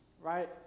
right